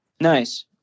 Nice